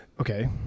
Okay